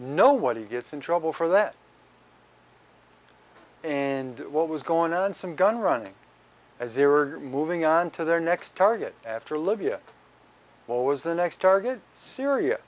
know what he gets in trouble for that and what was going on some gun running as they were moving on to their next target after libya what was the next target syria